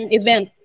event